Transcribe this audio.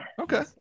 Okay